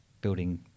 building